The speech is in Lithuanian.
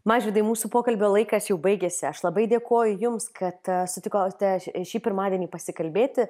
mažvydai mūsų pokalbio laikas jau baigėsi aš labai dėkoju jums kad sutikote šį pirmadienį pasikalbėti